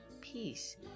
peace